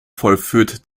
vollführt